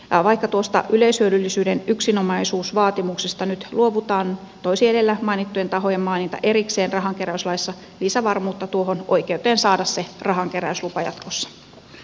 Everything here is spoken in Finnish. vaikka tuosta yleishyödyllisyyden yksinomaisuusvaatimuksesta nyt luovutaan toisi edellä mainittujen tahojen maininta erikseen rahankeräyslaissa lisävarmuutta tuohon oikeuteen saada se rahankeräyslupa jatkossa